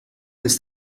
ist